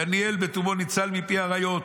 דניאל בטובו ניצל מפי אריות.